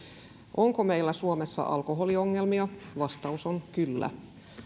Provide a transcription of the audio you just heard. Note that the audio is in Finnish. onko meillä suomessa alkoholiongelmia vastaus on kyllä